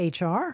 HR